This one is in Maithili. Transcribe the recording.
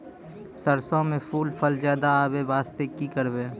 सरसों म फूल फल ज्यादा आबै बास्ते कि करबै?